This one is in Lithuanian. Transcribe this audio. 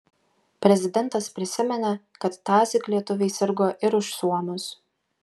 prezidentas prisiminė kad tąsyk lietuviai sirgo ir už suomius